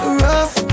rough